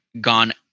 gone